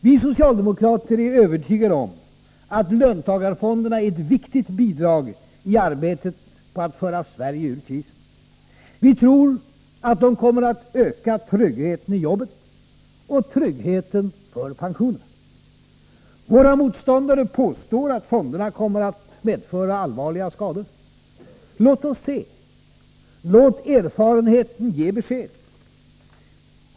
Vi socialdemokrater är övertygade om att löntagarfonderna är ett viktigt bidrag i arbetet på att föra Sverige ur krisen. Vi tror att de kommer att öka tryggheten i arbetet och tryggheten för pensionerna. Våra motståndare påstår att fonderna kommer att medföra allvarliga skador. Låt oss se. Låt erfarenheten ge besked.